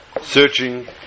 searching